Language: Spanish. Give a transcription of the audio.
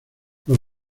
los